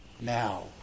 now